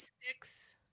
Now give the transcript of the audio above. six